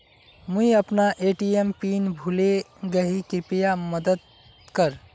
मुई अपना ATM PIN भूले गही कृप्या मदद कर